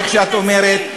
איך שאת אומרת,